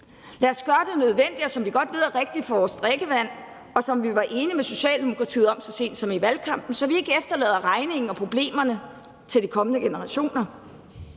Lad os gøre det nødvendige og det, som vi godt ved er rigtigt, for vores drikkevand, og som vi var enige med Socialdemokratiet om så sent som i valgkampen, så vi ikke efterlader regningen og problemerne til de kommende generationer.